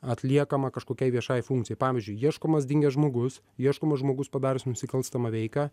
atliekama kažkokiai viešai funkcijai pavyzdžiui ieškomas dingęs žmogus ieškomas žmogus padaręs nusikalstamą veiką